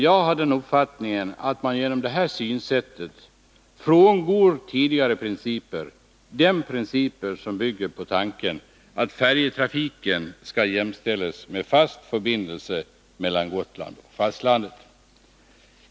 Jag har uppfattningen att man genom detta synsätt frångår tidigare principer, de principer som bygger på tanken att färjetrafiken skall jämställas med fast förbindelse mellan Gotland och fastlandet.